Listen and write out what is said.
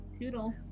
Toodle